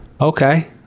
Okay